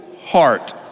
heart